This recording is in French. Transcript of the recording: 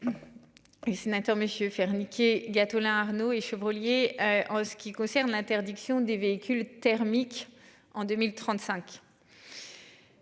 messieurs faire niquer Gattolin Arnaud et Chevrollier en ce qui concerne l'interdiction des véhicules thermiques en 2035.